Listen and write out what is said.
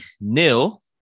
nil